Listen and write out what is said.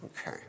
Okay